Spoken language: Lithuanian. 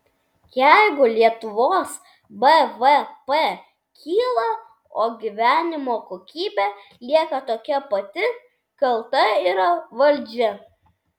jeigu lietuvos bvp kyla o gyvenimo kokybė lieka tokia pati kalta yra valdžia